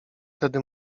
tedy